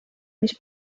mis